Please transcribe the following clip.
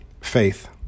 faith